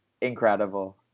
incredible